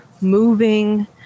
moving